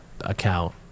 account